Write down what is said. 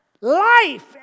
life